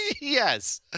Yes